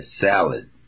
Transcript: salad